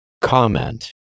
Comment